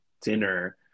dinner